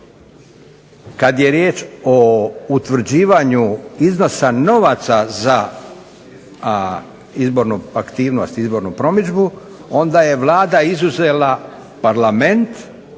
kada je riječ o utvrđivanju iznosa novaca za izbornu promidžbu onda je Vlada izuzela Parlament